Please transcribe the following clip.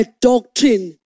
doctrine